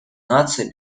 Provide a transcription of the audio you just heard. наций